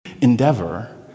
endeavor